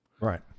right